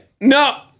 No